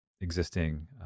existing